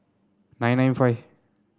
nine nine five